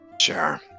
Sure